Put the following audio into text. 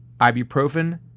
ibuprofen